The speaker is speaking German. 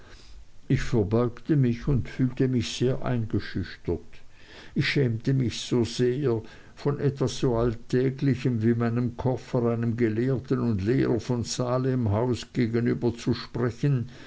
ich verbeugte mich und fühlte mich sehr eingeschüchtert ich schämte mich so sehr von etwas so alltäglichem wie meinem koffer einem gelehrten und lehrer von salemhaus gegenüber zu sprechen